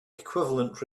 equivalent